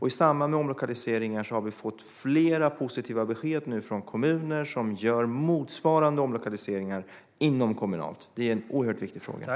I samband med omlokaliseringar har vi fått flera positiva besked från kommuner som gör motsvarande omlokaliseringar inomkommunalt. Det är en mycket viktig fråga.